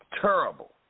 terrible